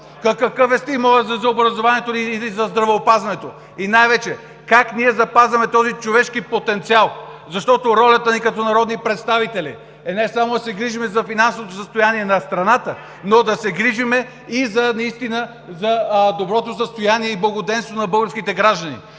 Какъв е стимулът за образованието или за здравеопазването? И най-вече как ние запазваме този човешки потенциал? Защото ролята ни като народни представители е не само да се грижим за финансовото състояние на страната, а да се грижим и за доброто състояние и благоденствието на българските граждани!